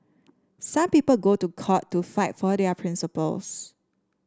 some people go to court to fight for their principles